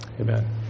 amen